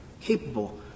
capable